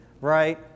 right